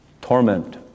torment